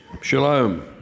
shalom